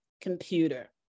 computer